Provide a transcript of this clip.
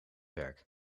werk